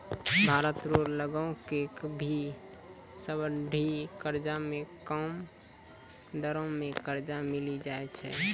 भारत रो लगो के भी सब्सिडी कर्जा मे कम दरो मे कर्जा मिली जाय छै